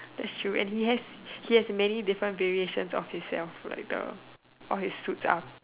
that's true and he has he has many different variations of himself like the all his suits are